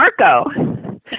Marco